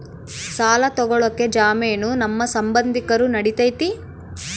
ಸಾಲ ತೊಗೋಳಕ್ಕೆ ಜಾಮೇನು ನಮ್ಮ ಸಂಬಂಧಿಕರು ನಡಿತೈತಿ?